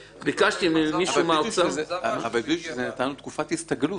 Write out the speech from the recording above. בדיוק בשביל זה נתנו תקופת הסתגלות.